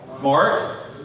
Mark